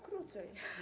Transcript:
Krócej.